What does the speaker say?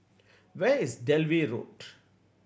where is Dalvey Road